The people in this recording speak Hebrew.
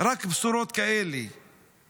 רק בשורות כאלה";